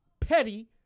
petty